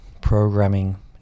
programming